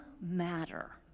matter